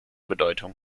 bedeutung